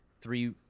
three